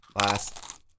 last